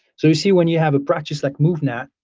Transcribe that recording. so you see, when you have a practice like movnat,